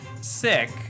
sick